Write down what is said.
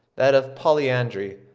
that of polyandry,